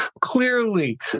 clearly